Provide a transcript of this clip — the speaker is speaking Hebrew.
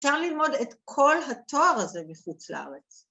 ‫אפשר ללמוד את כל התואר הזה ‫מחוץ לארץ.